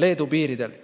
Leedu piiril.